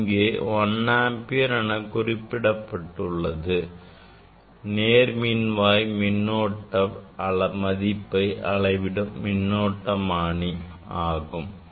இங்கே I A என குறிப்பிடப்பட்டுள்ளது நேர் மின்வாய் மின்னோட்டம் மதிப்பை அளவிடும் மின்னோட்டமானி ஆகும்